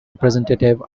representative